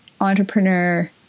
entrepreneur